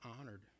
honored